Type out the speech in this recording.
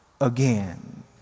again